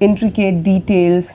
intricate details,